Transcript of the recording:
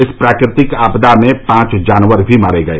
इस प्राकृतिक आपदा में पांच जानवर भी मारे गए